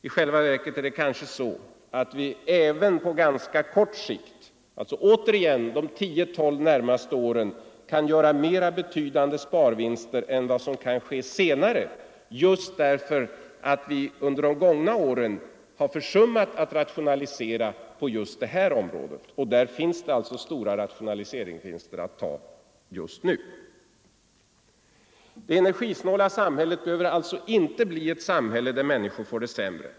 I själva verket är det kanske så att vi även på ganska kort sikt — alltså återigen de 10-12 närmaste åren — kan göra mera betydande besparingsvinster än vad som kan ske senare just därför att vi under de gångna åren har försummat att rationalisera på detta område. Där finns det alltså stora rationaliseringsvinster att hämta just nu. Det energisnåla samhället behöver inte bli ett samhälle där människor får det sämre.